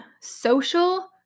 social